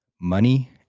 money